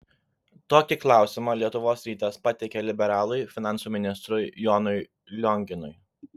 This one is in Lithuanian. tokį klausimą lietuvos rytas pateikė liberalui finansų ministrui jonui lionginui